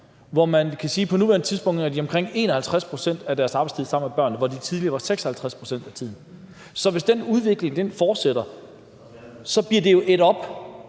i. Man kan sige, at på nuværende tidspunkt er de omkring 51 pct. af deres arbejdstid sammen med børnene, hvor de tidligere var det 56 pct. af tiden. Så hvis den udvikling fortsætter, bliver det jo ædt op,